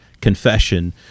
confession